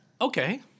Okay